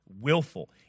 willful